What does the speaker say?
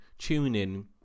TuneIn